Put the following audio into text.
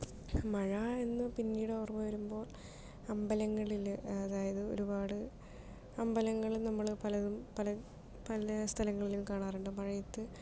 മഴ എന്ന് പിന്നീടോർമ വരുമ്പോൾ അമ്പലങ്ങളില് അതായത് ഒരുപാട് അമ്പലങ്ങള് നമ്മള് പലതും പല പല സ്ഥലങ്ങളിലും കാണാറുണ്ട് മഴയത്ത്